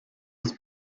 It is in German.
des